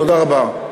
תודה רבה.